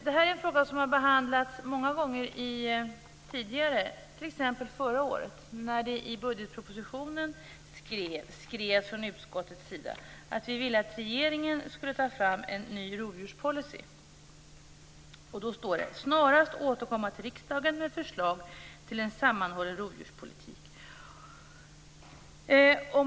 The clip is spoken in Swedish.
Det är en fråga som har behandlats många gånger tidigare, t.ex. förra året. Då skrev utskottet i samband med budgetpropositionen att vi ville att regeringen skulle ta fram en ny rovdjurspolicy. Det står: "snarast återkomma till riksdagen med förslag till en sammanhållen rovdjurspolitik".